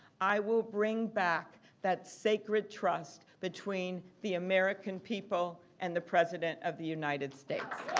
i will bring back that sacred trust between the american people and the president of the united states.